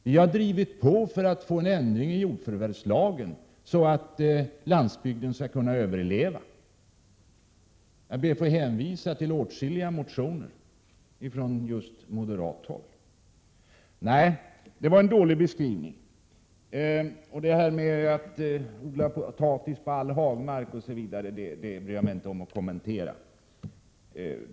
Vi har drivit på för att få till stånd en ändring av jordförvärvslagen så att landsbygden skall kunna överleva. Jag ber att få hänvisa till åtskilliga motioner från just moderat håll. Nej, det var en dålig beskrivning. Det som sades om odling av potatis på all hagmark osv. bryr jag mig inte om att kommentera.